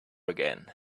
again